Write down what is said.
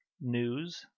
news